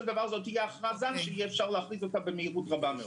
דבר זו תהיה הכרזה שניתן להכריז במהירות רבה מאוד.